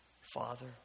father